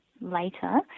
later